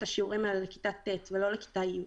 השיעורים האלה לכיתה ט' ולא לכיתה י'.